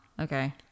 Okay